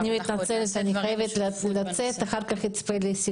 אני מתנצלת שאני חייבת לצאת, אצטרף אחר כך לסיכום.